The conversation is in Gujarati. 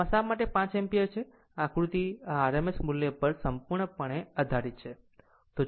આમ આ શા માટે આ 5 એમ્પીયર છે આ આકૃતિ આ RMS મૂલ્ય પર સંપૂર્ણપણે આધારિત છે